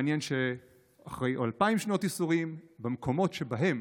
מעניין שאחרי אלפיים שנות ייסורים במקומות שבהם